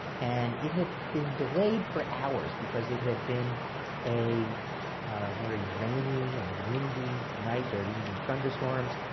and it had been delayed for hours, because it had been a very rainy and windy night. there had even been thunderstorms.